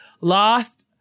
lost